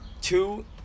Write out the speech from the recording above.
two